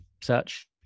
search